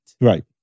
Right